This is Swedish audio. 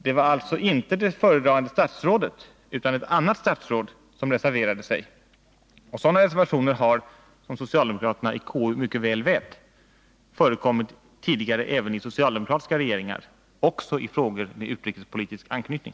Det var alltså inte det föredragande statsrådet, utan ett annat statsråd, som reserverade sig. Som socialdemokraterna i KU mycket väl vet har sådana reservationer förekommit tidigare, även under socialdemokratiska regeringar och också när det gällt frågor med utrikespolitisk anknytning.